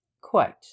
Quite